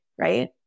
right